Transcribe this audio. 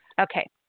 okay